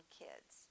kids